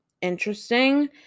interesting